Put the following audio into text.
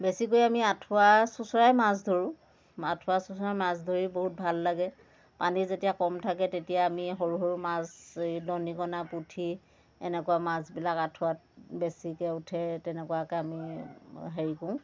বেছিকৈ আমি আঁঠুৱা চোঁচৰাই মাছ ধৰোঁ আঁঠুৱা চোঁচৰাই মাছ ধৰি বহুত ভাল লাগে পানী যেতিয়া কম থাকে তেতিয়া আমি সৰু সৰু মাছ ডণিকনা পুঠি এনেকুৱা মাছবিলাক আঁঠুৱাত বেছিকৈ উঠে তেনেকুৱাকৈ আমি হেৰি কৰোঁ